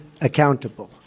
accountable